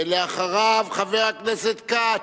ואחריו, חבר הכנסת כץ.